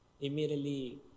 immediately